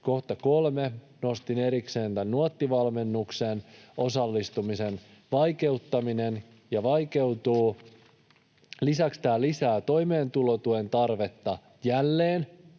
kohtana nostin erikseen tämän Nuotti-valmennukseen osallistumisen vaikeuttamisen — se vaikeutuu. Lisäksi tämä lisää toimeentulotuen tarvetta jälleen.